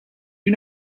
you